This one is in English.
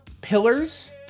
pillars